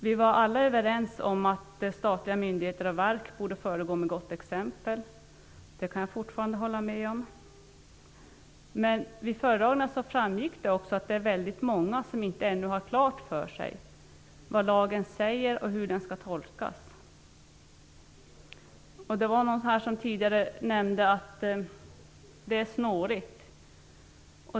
Vi var alla överens om att statliga myndigheter och verk borde föregå med gott exempel. Det kan jag fortfarande hålla med om. Vid föredragningarna framgick också att det är väldigt många som ännu inte har klart för sig vad lagen säger och hur den skall tolkas. Det var någon här som tidigare nämnde att det är snårigt.